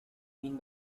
mean